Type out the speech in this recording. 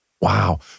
Wow